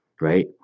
right